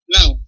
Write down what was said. Now